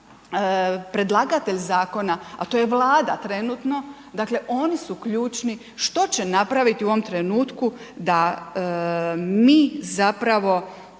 predlagatelj zakona a to je Vlada trenutno, dakle oni su ključni što će napraviti u ovom trenutku da mi zapravo